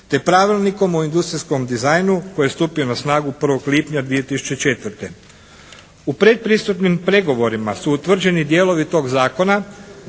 te Pravilnikom o industrijskom dizajnu koji je stupio na snagu 1. lipnja 2004. U predpristupnim pregovorima su utvrđeni dijelovi tog Zakona